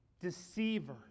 deceiver